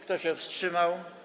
Kto się wstrzymał?